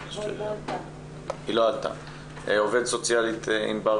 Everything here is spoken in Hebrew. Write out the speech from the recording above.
היא לא עלתה בזום.